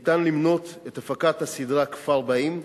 ניתן למנות את הפקת הסדרה "כפר באים",